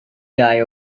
guy